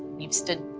you've stood